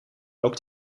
ook